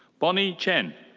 bonnie chen.